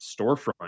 storefront